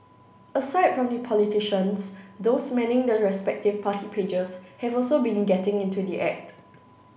aside from the politicians those manning the respective party pages have also been getting into the act